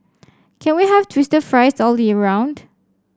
can we have twister fries all year round